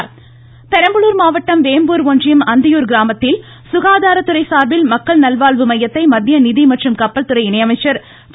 பொன் ராதாகிருஷ்ணன் பெரம்பலூர் மாவட்டம் வேப்பூர் ஒன்றியம் அத்தியூர் கிராமத்தில் சுகாதாரத்துறை சார்பில் மக்கள் நல்வாழ்வு மையத்தை மத்திய நிதி மற்றும் கப்பல்துறை இணையமைச்சர் திரு